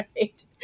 Right